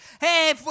hey